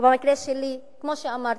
ובמקרה שלי, כמו שאמרתי,